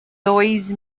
dois